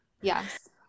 yes